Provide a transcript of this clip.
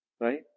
Right